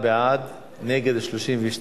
בעד, 10, נגד, 30,